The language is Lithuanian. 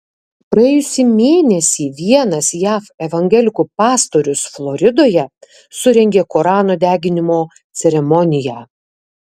praėjusį mėnesį vienas jav evangelikų pastorius floridoje surengė korano deginimo ceremoniją